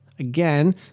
Again